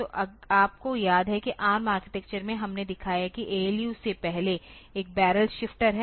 तो आपको याद है कि ARM आर्किटेक्चर में हमने दिखाया है कि ALU से पहले एक बैरल शिफ्टर है